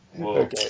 Okay